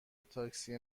تاکسی